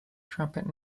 trumpet